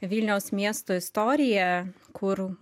vilniaus miesto istorija kur